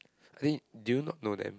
I think do you not know them